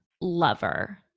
Lover